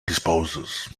disposes